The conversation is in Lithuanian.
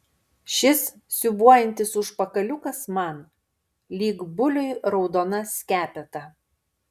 šis siūbuojantis užpakaliukas man lyg buliui raudona skepeta